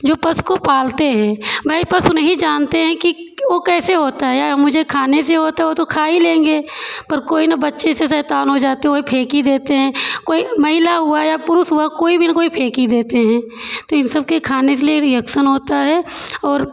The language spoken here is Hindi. जो पशु को पालते हैं भई पशु नहीं जानते हैं कि ओ कैसे होता है या मुझे खाने से हो तो वो तो खा ही लेंगे पर कोई ना बच्चे से शैतान हो जाते हैं वही फेंक ही देते हैं कोई महिला हुआ या पुरुष हुआ कोई भी ना कोई फेंक ही देते हैं तो इन सबके खाने के लिए रिएक्सन होता है और